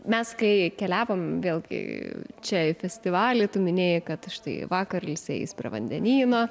mes kai keliavom vėlgi čia festivaly tu minėjai kad štai vakar ilsėjais prie vandenyno